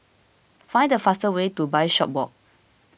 find the fastest way to Bishopswalk